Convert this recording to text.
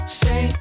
say